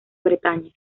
bretaña